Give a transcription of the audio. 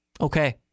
Okay